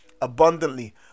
abundantly